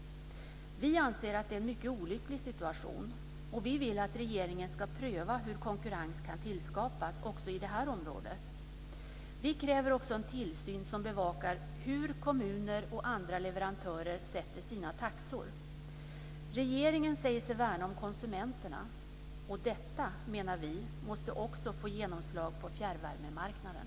Vi anser att det är en mycket olycklig situation. Vi vill att regeringen ska pröva hur konkurrens kan tillskapas också på det här området. Vi kräver också en tillsyn som bevakar hur kommuner och andra leverantörer sätter sina taxor. Regeringen säger sig värna om konsumenterna. Detta, menar vi, måste också få genomslag på fjärrvärmemarknaden.